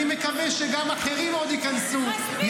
אני מקווה שגם אחרים עוד ייכנסו -- מספיק,